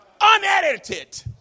unedited